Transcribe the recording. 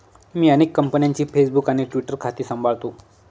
मी अनेक कंपन्यांची फेसबुक आणि ट्विटर खाती सांभाळतो